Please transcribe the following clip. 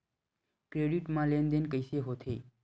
Credit मा लेन देन कइसे होथे?